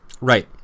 Right